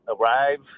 arrive